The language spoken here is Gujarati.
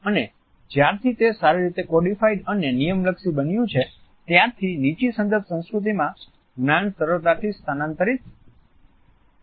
અને જ્યારથી તે સારી રીતે કોડીફાઈડ અને નિયમલક્ષી બન્યું છે ત્યારથી નીચી સંદર્ભ સંસ્કૃતિમાં જ્ઞાન સરળતાથી સ્થાનાંતરિત થઈ શકે છે